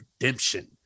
redemption